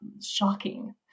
shocking